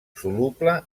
soluble